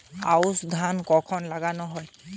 আউশ ধান কখন লাগানো হয়?